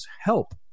help